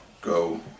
go